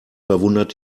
verwundert